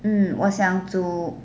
mm 我想煮